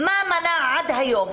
מה מנע עד היום,